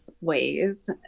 ways